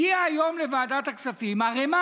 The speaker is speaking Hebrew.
הגיעה היום לוועדת הכספים ערמה